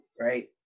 right